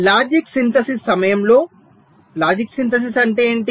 logic synthesis సమయంలో logic synthesis అంటే ఏమిటి